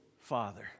Father